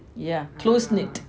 yeah close knitted